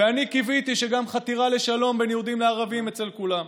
ואני קיוויתי שגם חתירה לשלום בין יהודים לערבים אצל כולם.